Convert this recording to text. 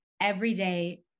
Everyday